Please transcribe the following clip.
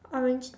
orange